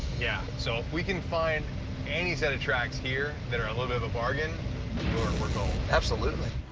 yeah, so if we can find any set of tracks here that are a little bit of a bargain we're, we're gold. absolutely.